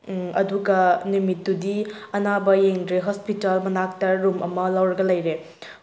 ꯑꯗꯨꯒ ꯅꯨꯃꯤꯠꯇꯨꯗꯤ ꯑꯅꯥꯕ ꯌꯦꯡꯗ꯭ꯔꯦ ꯍꯣꯁꯄꯤꯇꯥꯜ ꯃꯅꯥꯛꯇ ꯔꯨꯝ ꯑꯃ ꯂꯧꯔꯒ ꯂꯩꯔꯦ